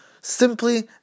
Simply